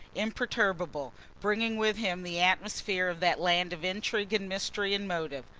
imperturbable, bringing with him the atmosphere of that land of intrigue and mystery and motive,